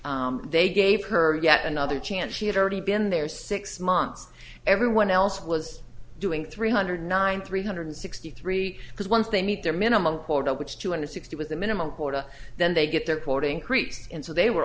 it they gave her yet another chance she had already been there six months everyone else was doing three hundred nine three hundred sixty three because once they meet their minimum quota which two hundred sixty was the minimum quota then they get their courting creeps in so they were